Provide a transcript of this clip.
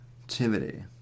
activity